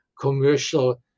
commercial